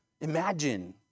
Imagine